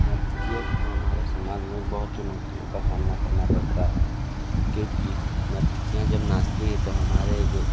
नर्तकियाें काे हमारे समाज में बहुत चुनौतियों का सामना करना पड़ता है क्योंकि नर्तकियां जब नाचती हैं तो हमारे जो